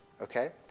Okay